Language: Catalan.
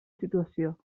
situació